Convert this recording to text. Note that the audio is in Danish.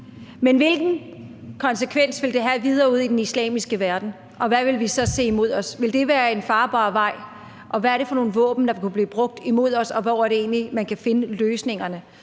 Men hvilken konsekvens ville det have videre ud i den islamiske verden, og hvad ville vi så se være imod os? Ville det være en farbar vej, og hvad er det for nogle våben, der ville kunne blive brugt imod os, og hvor er det egentlig, man kan finde løsningerne?